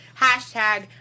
#Hashtag